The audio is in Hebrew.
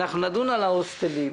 אנחנו נדון על ההוסטלים,